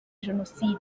jenoside